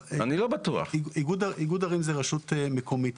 איגוד ערים זה רשות מקומית.